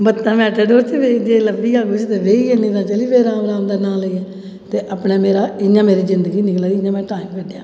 बत्ता जेकर लब्भी जा तां ठीक ऐ नेईं तां चली पौन्नी राम राम जप्पियै ते अपना मेरा इ'यां में अपनी जिंदगी निकली इ'यां मेरा टैम निकलेआ